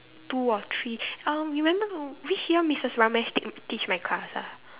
two or three uh you remember which year Missus Ramesh take teach my class ah